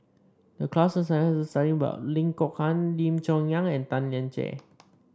the class a Lim Kok Ann Lim Chong Yah and Tan Lian Chye